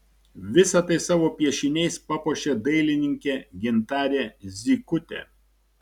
visa tai savo piešiniais papuošė dailininkė gintarė zykutė